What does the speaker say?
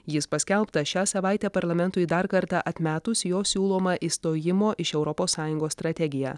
jis paskelbtas šią savaitę parlamentui dar kartą atmetus jo siūlomą išstojimo iš europos sąjungos strategiją